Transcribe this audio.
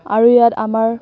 আৰু ইয়াত আমাৰ